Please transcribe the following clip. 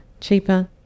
cheaper